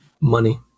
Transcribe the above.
money